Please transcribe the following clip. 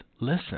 listen